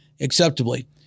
Acceptably